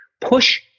push